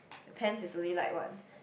pants is only like what